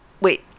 wait